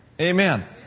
Amen